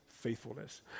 faithfulness